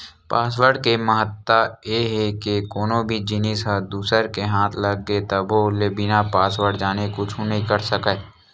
password के महत्ता ए हे के कोनो भी जिनिस ह दूसर के हाथ लग गे तभो ले बिना पासवर्ड जाने कुछु नइ कर सकय